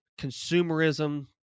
consumerism